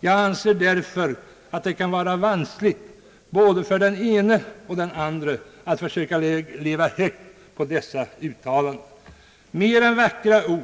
Jag anser därför att det kan vara vanskligt för både den ene och den andre att försöka leva högt på dessa uttalanden. Mer än vackra ord